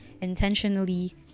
intentionally